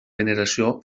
veneració